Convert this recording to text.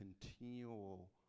continual